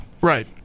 Right